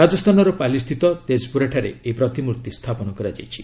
ରାଜସ୍ଥାନର ପାଲିସ୍ଥିତ ଜେତ୍ପୁରା ଠାରେ ଏହି ପ୍ରତିମୂର୍ତ୍ତି ସ୍ଥାପନ କରାଯାଇଛି